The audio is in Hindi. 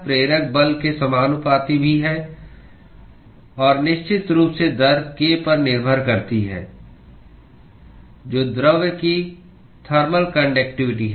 यह प्रेरक बल के समानुपाती भी है और निश्चित रूप से दर k पर निर्भर करती है जो द्रव्य की थर्मल कान्डक्टिवटी है